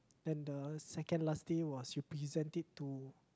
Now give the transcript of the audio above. then the second last day was you present it to